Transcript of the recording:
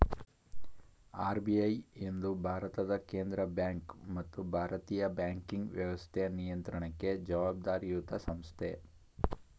RBI ಎಂದು ಭಾರತದ ಕೇಂದ್ರ ಬ್ಯಾಂಕ್ ಮತ್ತು ಭಾರತೀಯ ಬ್ಯಾಂಕಿಂಗ್ ವ್ಯವಸ್ಥೆ ನಿಯಂತ್ರಣಕ್ಕೆ ಜವಾಬ್ದಾರಿಯತ ಸಂಸ್ಥೆ